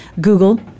Google